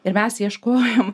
ir mes ieškojom